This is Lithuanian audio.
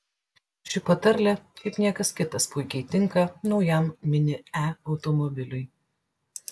ši patarlė kaip niekas kitas puikiai tinka naujam mini e automobiliui